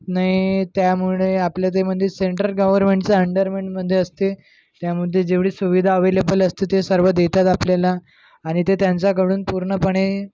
नी त्यामुळे आपलं ते म्हणजे सेंटर गव्हर्नमेंटच्या अंडरमेंटमध्ये असते त्यामध्ये जेवढे सुविधा अवेलेबल असते ते सर्व देतात आपल्याला आणि ते त्यांच्याकडून पूर्णपणे